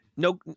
no